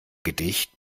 gedicht